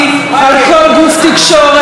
שיתיישרו לפי הקו,